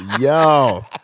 Yo